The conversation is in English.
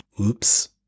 Oops